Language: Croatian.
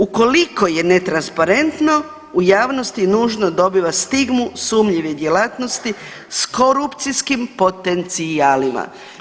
Ukoliko je netransparentno u javnosti nužno dobiva stigmu sumnjive djelatnosti s korupcijskim potencijalima.